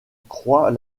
croix